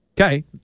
Okay